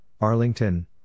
Arlington